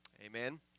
amen